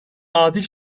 adil